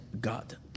God